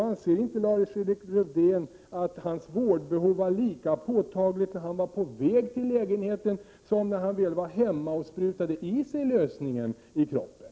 Anser inte Lars-Erik Lövdén att A:s vårdbehov var lika påtagligt när han var på väg till lägenheten som när han väl var hemma och sprutade i sig lösningen i kroppen?